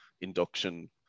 induction